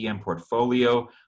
portfolio